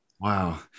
Wow